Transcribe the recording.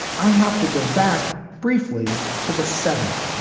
i have to go back briefly to the seventy